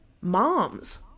moms